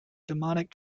demonic